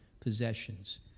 possessions